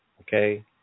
okay